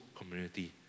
community